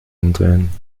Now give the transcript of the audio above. umdrehen